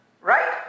Right